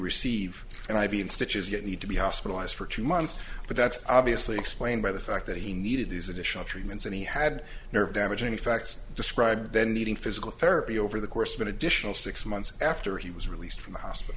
receive and i'd be in stitches get need to be hospitalized for two months but that's obviously explained by the fact that he needed these additional treatments and he had nerve damage any facts described then needing physical therapy over the course of an additional six months after he was released from the hospital